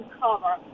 cover